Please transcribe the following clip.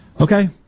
Okay